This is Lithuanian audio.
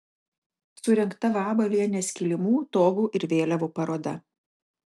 surengta vabalienės kilimų togų ir vėliavų paroda